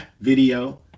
video